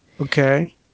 Okay